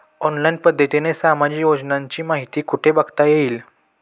Online पद्धतीने सामाजिक योजनांची माहिती कुठे बघता येईल?